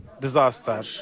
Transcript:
disaster